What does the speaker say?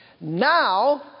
Now